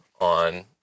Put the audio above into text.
on